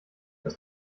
das